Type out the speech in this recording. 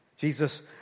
Jesus